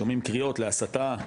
שומעים קריאות להסתה,